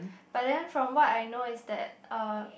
but then from what I know is that uh